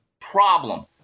problem